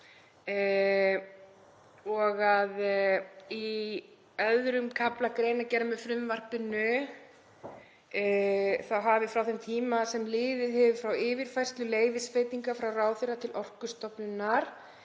og að í 2. kafla greinargerðar með frumvarpinu hafi, frá þeim tíma sem liðið hefur frá yfirfærslu leyfisveitingar frá ráðherra til Orkustofnunar,